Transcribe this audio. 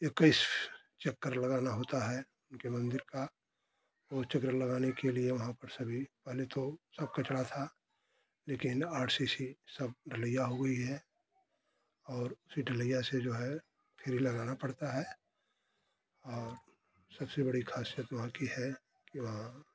इक्कीस चक्कर लगाना होता है उनके मंदिर का वो चक्र लगाने के लिए वहाँ पर सभी पहले तो सब कचड़ा था लेकिन आर सी सी सब ढलैया हो गई है और उसी ढलैया से जो है फेरी लगाना पड़ता है और सबसे बड़ी खासियत वहाँ की है कि वहाँ